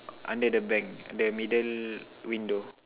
under the bank the middle window